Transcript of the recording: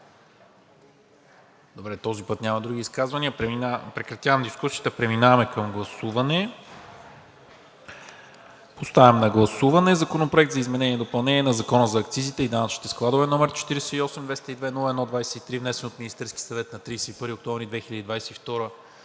Иванов има ли? Няма. Други изказвания? Няма. Прекратявам дискусията. Преминаваме към гласуване. Поставям на гласуване Законопроекта за изменение и допълнение на Закона за акцизите и данъчните складове, № 48-202-01-23, внесен от Министерския съвет на 31 октомври 2022